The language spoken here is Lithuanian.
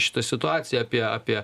šitą situaciją apie apie